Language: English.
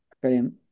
Brilliant